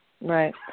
Right